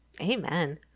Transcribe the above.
Amen